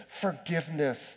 forgiveness